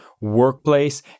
workplace